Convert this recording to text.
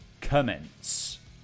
commence